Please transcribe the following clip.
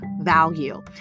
value